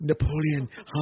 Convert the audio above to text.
Napoleon